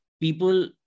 People